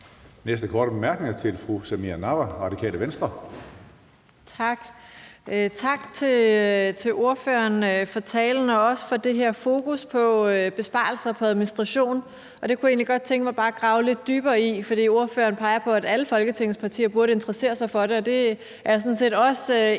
næste korte bemærkning er til fru Samira Nawa, Radikale Venstre. Kl. 14:58 Samira Nawa (RV): Tak. Tak til ordføreren for talen og også for det her fokus på besparelser i forhold til administration. Det kunne jeg egentlig godt tænke mig bare at grave lidt dybere ned i. For ordføreren peger på, at alle Folketingets partier burde interessere sig for det, og det er jeg sådan set også